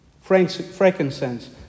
Frankincense